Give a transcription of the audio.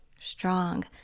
strong